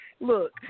Look